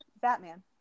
Batman